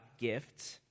gifts